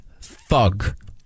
thug